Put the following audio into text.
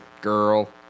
girl